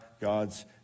God's